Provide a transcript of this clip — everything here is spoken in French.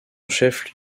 chef